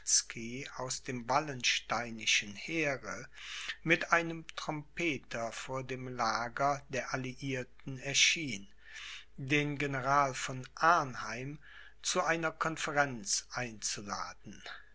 aus dem wallensteinischen heere mit einem trompeter vor dem lager der alliierten erschien den general von arnheim zu einer conferenz einzuladen